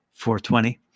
420